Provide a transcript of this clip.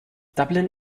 dublin